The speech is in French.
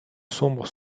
sombres